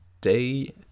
day